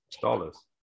Dollars